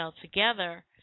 together